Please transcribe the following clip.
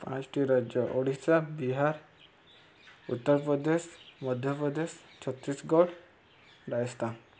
ପାଞ୍ଚୋଟି ରାଜ୍ୟ ଓଡ଼ିଶା ବିହାର ଉତ୍ତରପ୍ରଦେଶ ମଧ୍ୟପ୍ରଦେଶ ଛତିଶଗଡ଼ ରାଜସ୍ଥାନ